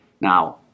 Now